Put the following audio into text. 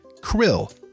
krill